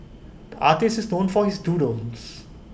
artist is known for his doodles